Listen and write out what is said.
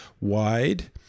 wide